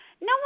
no